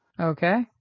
Okay